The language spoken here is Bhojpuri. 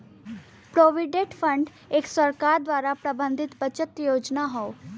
प्रोविडेंट फंड एक सरकार द्वारा प्रबंधित बचत योजना हौ